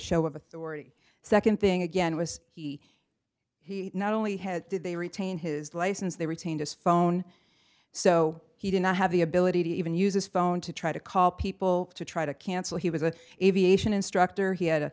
show of authority second thing again was he not only had did they retain his license they retained his phone so he did not have the ability to even uses phone to try to call people to try to cancel he was a aviation instructor he had a